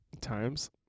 times